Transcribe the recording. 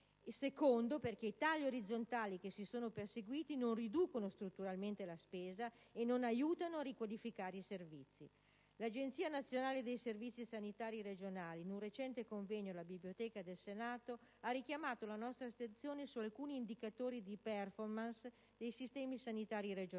inoltre, perché i tagli orizzontali che si sono perseguiti non riducono strutturalmente la spesa e non aiutano a ricodificare i servizi. L'Agenzia nazionale dei servizi sanitari regionali in un recente convegno tenuto presso la biblioteca del Senato ha richiamato la nostra attenzione su alcuni indicatori di *performance* dei sistemi sanitari regionali,